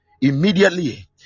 immediately